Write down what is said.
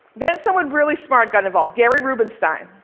then someone really smart got involved, gary rubinstein.